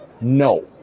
No